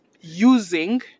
using